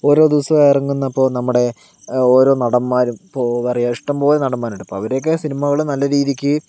ഓരോ ദിവസോം ഇറങ്ങുന്ന ഇപ്പൊ നമ്മുടെ ഓരോ നടന്മാരും ഇപ്പൊൾ പറയുക ഇഷ്ടംപോലെ നടന്മാരുണ്ട് അപ്പൊ അവരെയൊക്കെ സിനിമകള് നല്ല രീതിക്ക്